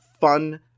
fun